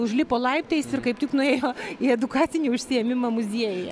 užlipo laiptais ir kaip tik nuėjo į edukacinį užsiėmimą muziejuje